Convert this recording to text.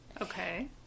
Okay